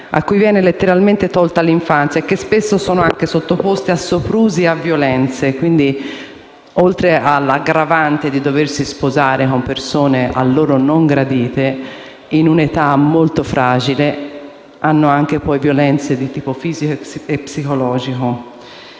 quali viene letteralmente tolta l'infanzia e che spesso sono sottoposte a soprusi e a violenze. Oltre all'aggravante di doversi sposare con persone a loro non gradite, in un'età molto fragile, subiscono violenze di tipo fisico e psicologico.